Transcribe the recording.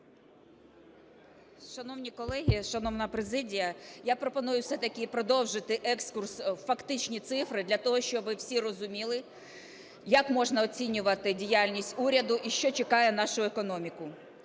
Шановні колеги, шановна президія! Я пропоную все-таки продовжити екскурс у фактичні цифри для того, щоби всі розуміли, як можна оцінювати діяльність уряду, і що чекає нашу економіку.